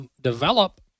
develop